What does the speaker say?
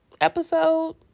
episode